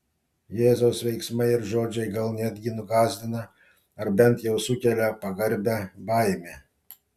jėzaus veiksmai ir žodžiai gal netgi nugąsdina ar bent jau sukelia pagarbią baimę